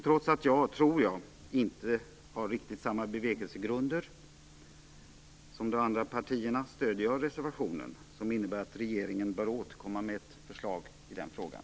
Trots att jag nog inte riktigt har samma bevekelsegrunder som de andra partierna stöder jag reservationen, som innebär att regeringen bör återkomma med ett förslag i frågan.